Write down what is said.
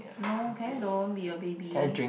no can you don't be a baby